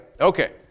Okay